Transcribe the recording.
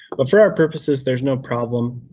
but for our purposes, there's no problem.